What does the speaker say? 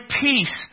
peace